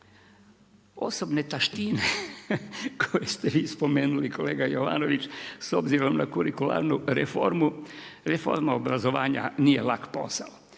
osobne taštine, koje ste vi spomenuli kolega Jovanović, s obzirom na kurikularnu reformu, reforma obrazovanja, nije lak posao.